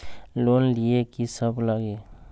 Loan लिए की सब लगी?